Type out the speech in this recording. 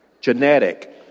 Genetic